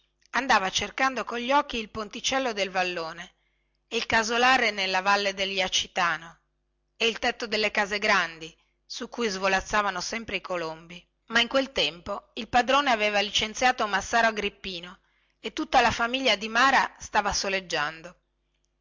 andava cercando cogli occhi il ponticello del vallone e il casolare nella valle del iacitano e il tetto delle case grandi su cui svolazzavano sempre i colombi ma in quel tempo il padrone aveva licenziato massaro agrippino e tutta la famiglia di mara stava